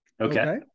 okay